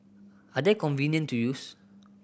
are they convenient to use